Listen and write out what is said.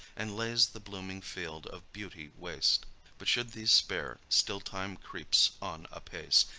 and lays the blooming field of beauty waste but should these spare, still time creeps on apace,